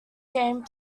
game